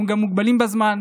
אנחנו גם מוגבלים בזמן.